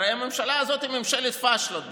הרי הממשלה הזו היא ממשלת פשלות.